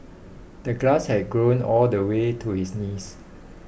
the glass had grown all the way to his knees